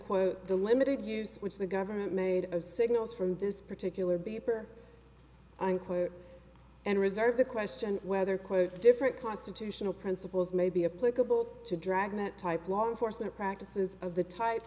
quote the limited use which the government made of signals from this particular beeper and quote and reserve the question whether quote different constitutional principles may be a place to dragnet type law enforcement practices of the type